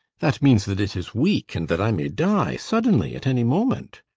that means that it is weak and that i may die suddenly at any moment.